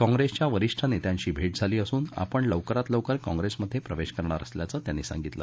काँप्रेसच्या वरिष्ठ नेत्यांशी भेट झाली असून आपण लवकरात लवकर काँप्रेसमध्ये प्रवेश करणार असल्याचं त्यांनी सांगितलं